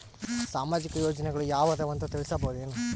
ಸಾಮಾಜಿಕ ಯೋಜನೆಗಳು ಯಾವ ಅವ ಅಂತ ತಿಳಸಬಹುದೇನು?